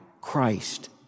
Christ